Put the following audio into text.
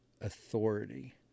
authority